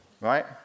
Right